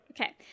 Okay